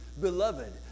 Beloved